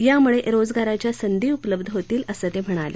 यामुळे रोजगाराच्या संधी उपलब्ध होतील असं ते म्हणाले